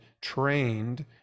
trained